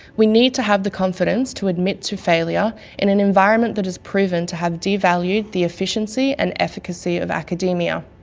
we need to have the confidence to admit to failure in an environment that has proven to have devalued the efficiency and efficacy of academia.